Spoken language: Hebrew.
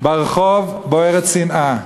ברחוב בוערת שנאה.